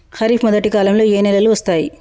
ఖరీఫ్ మొదటి కాలంలో ఏ నెలలు వస్తాయి?